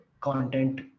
content